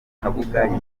kabuga